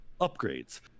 upgrades